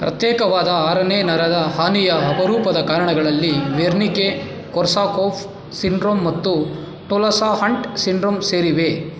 ಪ್ರತ್ಯೇಕವಾದ ಆರನೇ ನರದ ಹಾನಿಯ ಅಪರೂಪದ ಕಾರಣಗಳಲ್ಲಿ ವೆರ್ನಿಕೆ ಕೊರ್ಸಾಕೋಫ್ ಸಿಂಡ್ರೋಮ್ ಮತ್ತು ಟೊಲೋಸಾ ಹಂಟ್ ಸಿಂಡ್ರೋಮ್ ಸೇರಿವೆ